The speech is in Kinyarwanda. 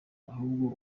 ahubwo